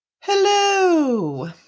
Hello